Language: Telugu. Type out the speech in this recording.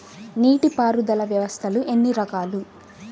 నీటిపారుదల వ్యవస్థలు ఎన్ని రకాలు?